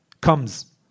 comes